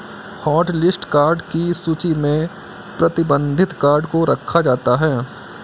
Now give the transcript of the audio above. hotlist card की सूची में प्रतिबंधित कार्ड को रखा जाता है